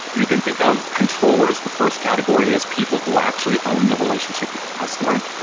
you can think of controllers, the first category, as people who actually own the relationship with the customer.